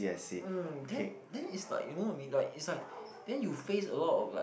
mm then then is like you know I mean like is like then you face a lot of like